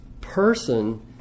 person